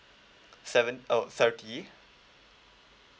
seven oh thirty